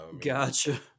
Gotcha